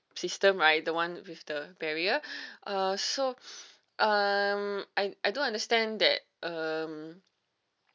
system right the one with the barrier uh so um I I don't understand that um